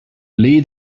lead